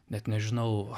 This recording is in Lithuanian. net nežinau